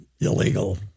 illegal